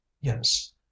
yes